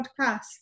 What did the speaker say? podcast